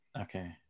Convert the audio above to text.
okay